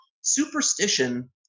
superstition